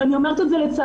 ואני אומרת את זה לצערי,